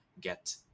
get